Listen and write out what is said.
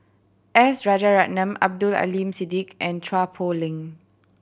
S Rajaratnam Abdul Aleem Siddique and Chua Poh Leng